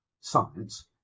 science